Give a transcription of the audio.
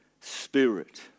spirit